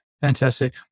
Fantastic